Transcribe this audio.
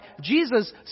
Jesus